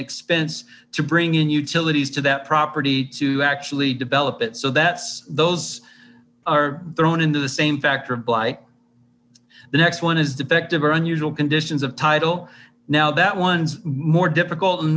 expense to bring in utilities to that property to actually develop it so that's those are thrown into the same factor of blight the next one is defective or unusual conditions of title now that one's more difficult